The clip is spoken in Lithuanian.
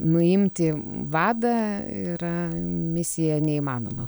nuimti vadą yra misija neįmanoma